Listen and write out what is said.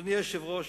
אדוני היושב-ראש,